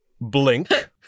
blink